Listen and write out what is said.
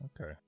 Okay